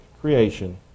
creation